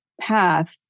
path